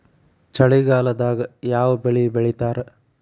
ಚಳಿಗಾಲದಾಗ್ ಯಾವ್ ಬೆಳಿ ಬೆಳಿತಾರ?